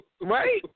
Right